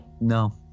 No